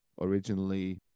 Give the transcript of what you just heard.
originally